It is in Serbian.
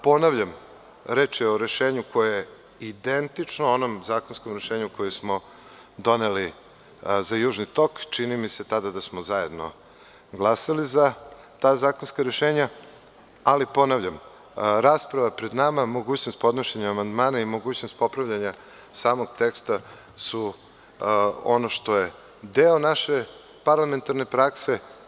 Ponavlja, reč je o rešenju koje je identično onom zakonskom rešenju koje smo doneli za „Južni tok“ i čini mi se tada da smo zajedno glasali za ta zakonska rešenja, ali rasprava je pred nama, mogućnost podnošenja amandmana i mogućnost popravljanja samog teksta su ono što je deo naše parlamentarne prakse.